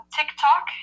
TikTok